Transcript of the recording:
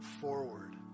forward